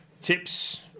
Tips